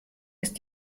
ist